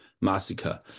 massacre